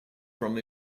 from